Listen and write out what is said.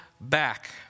back